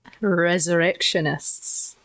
Resurrectionists